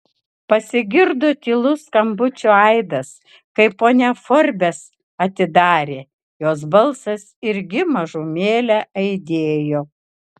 pasigirdo tylus skambučio aidas kai ponia forbes atidarė jos balsas irgi mažumėlę aidėjo